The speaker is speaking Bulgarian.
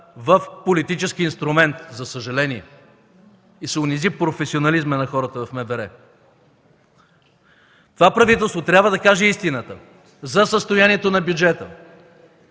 в политически инструмент, за съжаление, и се унизи професионализмът на хората в МВР. Това правителство трябва да каже истината за състоянието на бюджета,